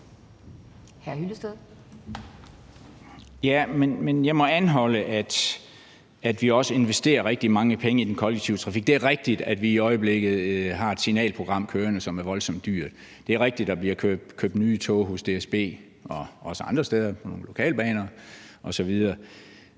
jeg må anholde, at vi også investerer rigtig mange penge i den kollektive trafik. Det er rigtigt, at vi i øjeblikket har et signalprogram kørende, som er voldsomt dyrt. Det er rigtigt, at man har købt nye tog hos DSB, også andre steder, nemlig på nogle lokalbaner osv.